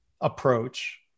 approach